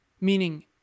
Meaning